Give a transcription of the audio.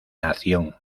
nación